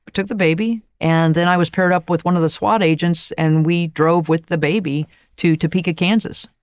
but took the baby. and then i was paired up with one of the swat agents and we drove with the baby to topeka, kansas,